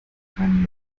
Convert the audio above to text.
kann